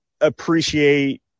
appreciate